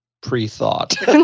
pre-thought